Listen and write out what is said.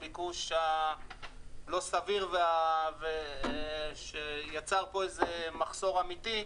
הביקוש הלא סביר שיצר פה איזה מחסור אמיתי,